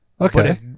Okay